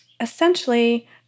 essentially